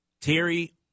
Terry